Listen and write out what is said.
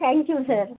thank you sir